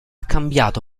cambiato